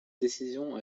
décision